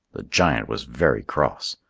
the giant was very cross.